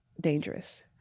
dangerous